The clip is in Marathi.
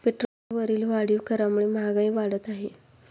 पेट्रोलवरील वाढीव करामुळे महागाई वाढत आहे